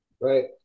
Right